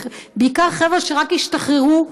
בעיקר חבר'ה שרק השתחררו,